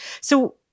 So-